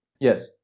Yes